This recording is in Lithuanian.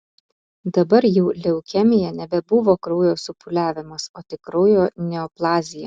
dabar jau leukemija nebebuvo kraujo supūliavimas o tik kraujo neoplazija